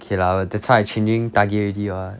okay lah that's why I changing target already what